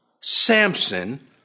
Samson